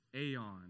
aeon